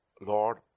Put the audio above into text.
Lord